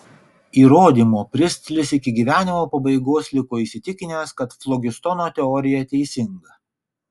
įrodymo pristlis iki gyvenimo pabaigos liko įsitikinęs kad flogistono teorija teisinga